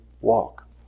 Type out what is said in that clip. walk